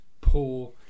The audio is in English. poor